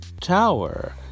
tower